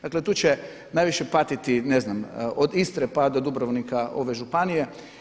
Dakle tu će najviše patiti, ne znam, od Istre pa do Dubrovnika ove županije.